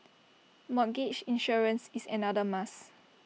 mortgage insurance is another must